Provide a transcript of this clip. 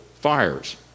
fires